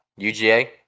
UGA